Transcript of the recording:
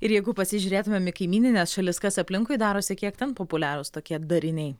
ir jeigu pasižiūrėtumėm į kaimynines šalis kas aplinkui darosi kiek ten populiarūs tokie dariniai